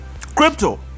crypto